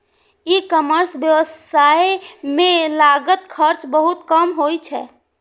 ई commerce व्यवसाय मे लागत खर्च बहुत कम होइ छै